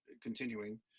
continuing